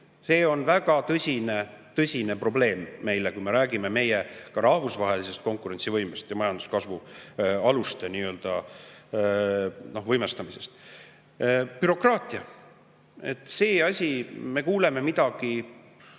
See on väga tõsine probleem meile, kui me räägime meie rahvusvahelisest konkurentsivõimest ja majanduskasvu aluste võimestamisest. Bürokraatia. Me kuuleme midagi